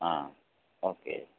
ஆ okay